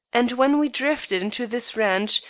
and when we drifted into this ranch,